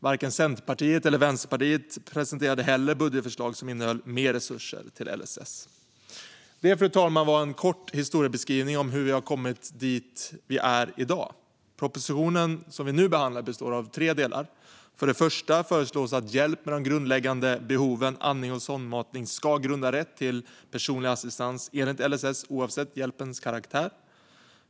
Varken Centerpartiet eller Vänsterpartiet presenterade heller budgetförslag som innehöll mer resurser till LSS. Detta, fru talman, var en kort historiebeskrivning av hur vi har kommit dit vi är i dag. Propositionen som vi nu behandlar består av tre delar. För det första föreslås att hjälp med de grundläggande behoven andning och sondmatning ska utgöra grund för rätt till personlig assistans enligt LSS oavsett hjälpens karaktär.